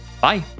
bye